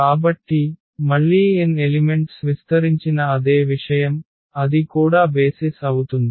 కాబట్టి మళ్ళీ n elements విస్తరించిన అదే విషయం అది కూడా బేసిస్ అవుతుంది